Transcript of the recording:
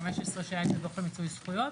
כשהיה את הדוח על מיצוי זכויות.